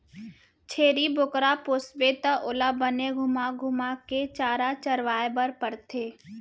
छेरी बोकरा पोसबे त ओला बने घुमा घुमा के चारा चरवाए बर परथे